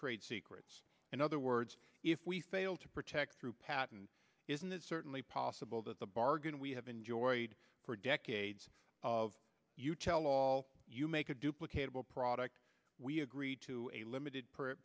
trade secrets in other words if we fail to protect through patent isn't it certainly possible that the bargain we have enjoyed for decades of you tell all you make a duplicate of a product we agreed to a limited per